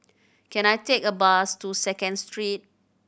can I take a bus to Second Street